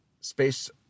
space